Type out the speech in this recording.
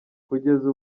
kugeza